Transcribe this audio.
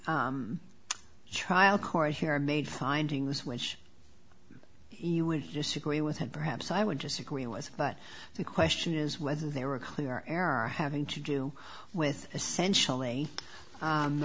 trial court here made findings which you would disagree with had perhaps i would disagree with but the question is whether they were clear error having to do with essential